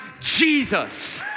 Jesus